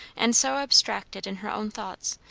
and so abstracted in her own thoughts,